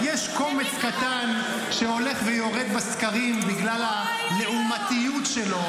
יש קומץ קטן שהולך ויורד בסקרים בגלל הלעומתיות שלו.